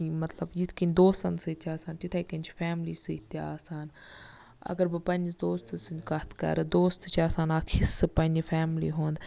مَطلَب یِتھ کٔنۍ دوستَس سۭتۍ چھِ آسان تِھے کٔنۍ چھِ فیملی سۭتۍ تہِ آسان اَگَر بہٕ پَننِس دوستَس سٕنٛد کَتھ کَرٕ دوس تہِ چھ آسان اَکھ حصہٕ پَننہِ فیملی ہُنٛد